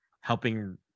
helping